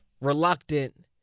reluctant